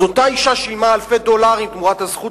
אותה אשה שילמה אלפי דולרים תמורת הזכות